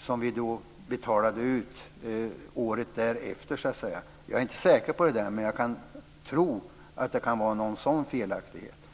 som vi betalade ut året därefter. Jag är inte säker på det, men jag tror att det kan vara någon sådan felaktighet.